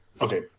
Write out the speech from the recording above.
Okay